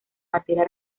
materia